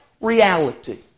reality